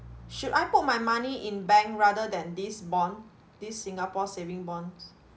should I put my money in bank rather than this bond this singapore saving bonds